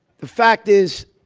the fact is